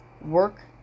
work